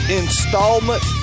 installment